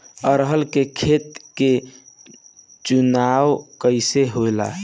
अरहर के खेत के चुनाव कइसे होला?